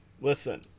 listen